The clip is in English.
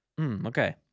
Okay